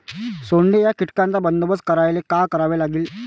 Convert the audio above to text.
सोंडे या कीटकांचा बंदोबस्त करायले का करावं लागीन?